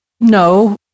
no